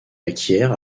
acquiert